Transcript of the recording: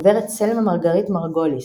הגברת סלמה מרגריט מרגוליס.